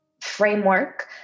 framework